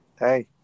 hey